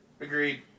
Agreed